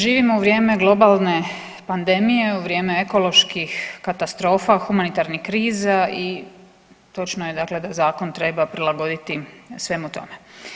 Živimo u vrijeme globalne pandemije u vrijeme ekoloških katastrofa, humanitarnih kriza i točno je da zakon treba prilagoditi svemu tome.